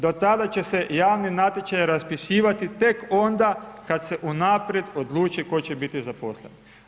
Do tada će se javni natječaj raspisivati tek onda kada se unaprijed odluči tko će biti zaposlen.